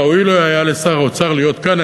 ראוי היה לו לשר האוצר להיות כאן,